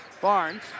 Barnes